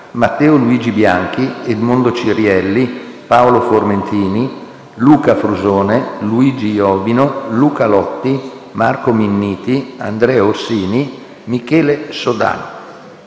Matteo Luigi Bianchi, Edmondo Cirielli, Paolo Formentini, Luca Frusone, Luigi Iovino, Luca Lotti, Marco Minniti, Andrea Orsini, Michele Sodano.